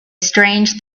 strange